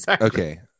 okay